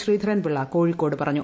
ശ്രീധരൻപിള്ള കോഴിക്കോട് പറഞ്ഞു